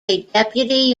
deputy